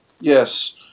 Yes